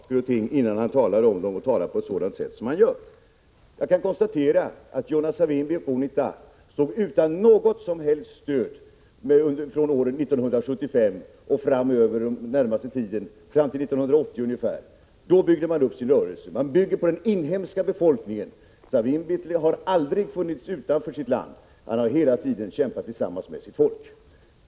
Fru talman! Karl-Erik Svartberg bör sätta sig in i saker och ting innan han talar om dem på det sätt som han gör. Jag kan konstatera att Savimbi och UNITA stod utan något som helst stöd åren 1976-1978. Då byggde han upp sin rörelse, och det gjorde han med den inhemska befolkningens stöd. Savimbi har aldrig funnits utanför sitt land, utan hela tiden kämpat tillsammans med sitt folk.